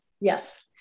Yes